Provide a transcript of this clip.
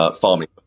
farming